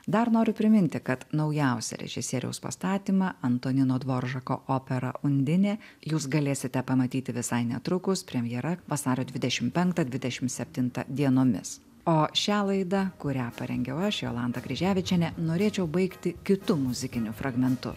dar noriu priminti kad naujausią režisieriaus pastatymą antonino dvoržako operą undinė jūs galėsite pamatyti visai netrukus premjera vasario dvidešim penktą dvidešim septintą dienomis o šią laidą kurią parengiau aš jolanta kryževičienė norėčiau baigti kitu muzikiniu fragmentu